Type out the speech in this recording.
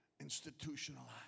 institutionalized